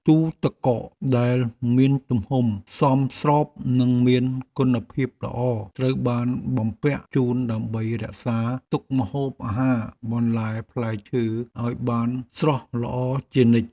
ទូទឹកកកដែលមានទំហំសមស្របនិងមានគុណភាពល្អត្រូវបានបំពាក់ជូនដើម្បីរក្សាទុកម្ហូបអាហារបន្លែផ្លែឈើឱ្យបានស្រស់ល្អជានិច្ច។